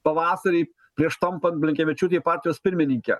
pavasarį prieš tampant blinkevičiūtei partijos pirmininke